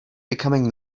becoming